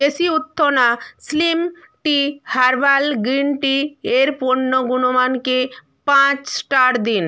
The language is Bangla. দেশি উত্থনা slim tea herbal green tea এর পণ্য গুণমানকে পাঁচ স্টার দিন